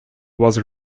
was